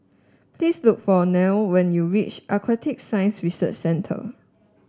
please look for Neil when you reach Aquatic Science Research Centre